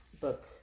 book